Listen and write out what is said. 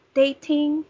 dating